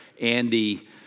Andy